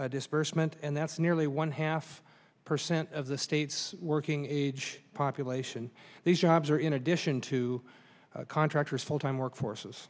r disbursement and that's nearly one half percent of the state's working age population these jobs are in addition to contractors full time workforces